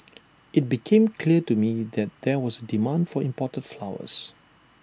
IT became clear to me that there was A demand for imported flowers